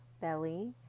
belly